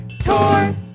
Tour